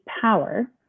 power